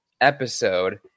episode